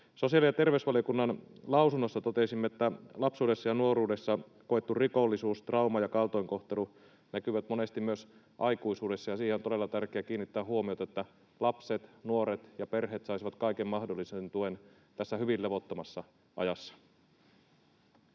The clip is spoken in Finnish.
Sosiaali- ja terveysvaliokunnan lausunnossa totesimme, että lapsuudessa ja nuoruudessa koettu rikollisuus, trauma ja kaltoinkohtelu näkyvät monesti myös aikuisuudessa ja että siihen on todella tärkeää kiinnittää huomiota, että lapset, nuoret ja perheet saisivat kaiken mahdollisen tuen tässä hyvin levottomassa ajassa.